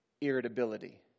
irritability